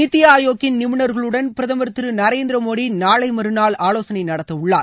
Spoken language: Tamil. நித்தி ஆயோக்கின் நிபுணர்களுடன் பிரதமர் திரு நரேந்திர மோடி நாளை மறுநாள் ஆவோசனை நடத்த உள்ளார்